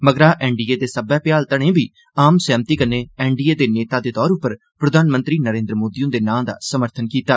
मगरा एनडीए दे सब्बै प्याल घड़ें बी आम सैहमति कन्नै एनडीए दे नेता दे तौर उप्पर प्रधानमंत्री नरेन्द्र मोदी हुंदे नां दा समर्थन कीता